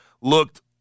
looked